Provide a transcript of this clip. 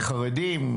חילוניים.